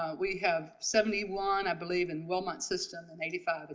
we have seventy one, i believe, in wellmont system, and eighty five at the